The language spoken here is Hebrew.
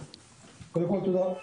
קודם כל, תודה.